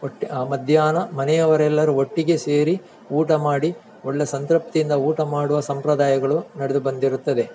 ಒಟ್ಟು ಮಧ್ಯಾಹ್ನ ಮನೆಯವರೆಲ್ಲರೂ ಒಟ್ಟಿಗೆ ಸೇರಿ ಊಟ ಮಾಡಿ ಒಳ್ಳೆಯ ಸಂತೃಪ್ತಿಯಿಂದ ಊಟ ಮಾಡುವ ಸಂಪ್ರದಾಯಗಳು ನಡೆದು ಬಂದಿರುತ್ತದೆ